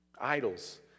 Idols